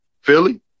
Philly